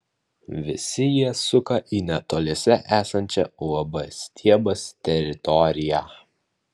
visi jie suka į netoliese esančią uab stiebas teritoriją